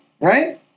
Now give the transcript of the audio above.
right